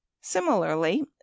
similarly